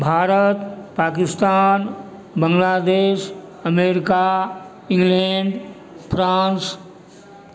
Bharat Pakistan Bangladesh America England France